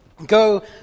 Go